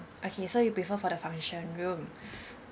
okay so you prefer for the function room